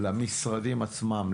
למשרדים עצמם,